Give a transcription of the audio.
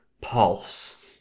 pulse